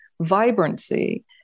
vibrancy